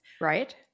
Right